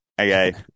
okay